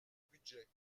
budget